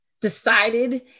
decided